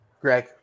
Greg